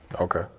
Okay